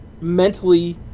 mentally